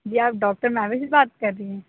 جی آپ ڈاکٹر مہوش ہی بات کر رہی ہیں